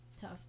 tough